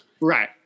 right